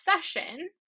session